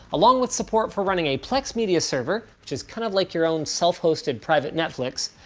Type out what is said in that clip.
along with support for running a plex media server, which is kind of like your own self-hosted private netflix,